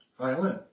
violin